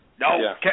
No